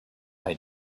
had